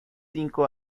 cinco